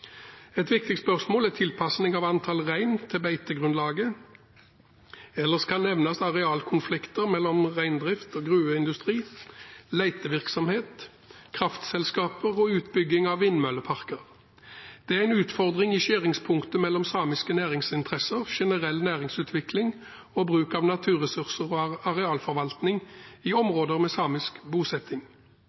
Et viktig spørsmål er tilpasning av antallet rein til beitegrunnlaget. Ellers kan nevnes arealkonflikter mellom reindrift og gruveindustri, letevirksomhet, kraftselskaper og utbygging av vindmølleparker. Det er utfordringer i skjæringspunktet mellom samiske næringsinteresser, generell næringsutvikling, bruk av naturressurser og arealforvaltning i områder med samisk bosetting.